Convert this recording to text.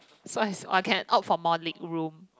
so as I can opt for more legroom